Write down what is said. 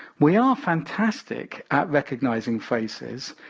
we are fantastic at recognizing faces,